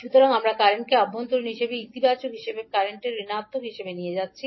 সুতরাং আমরা কারেন্টকে অভ্যন্তরীণ হিসাবে ইতিবাচক হিসাবে বা কারেন্টকে ঋণাত্মক হিসাবে নিয়ে যাচ্ছি